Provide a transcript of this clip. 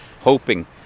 hoping